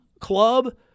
club